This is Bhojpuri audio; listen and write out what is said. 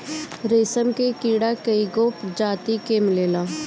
रेशम के कीड़ा के कईगो प्रजाति मिलेला